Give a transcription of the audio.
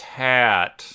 hat